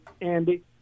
Andy